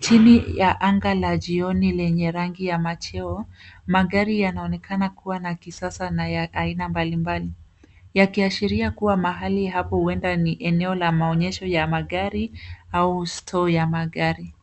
Chini ya anga la jioni lenye rangi ya macheo, magari yanaonekana kuwa na kisasa na ya aina mbalimbali yakiashiria kuwa mahali hapa huenda ni eneo la maenyesho ya magari au store ya magari.